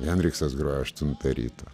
henriksas grojo aštuntą ryto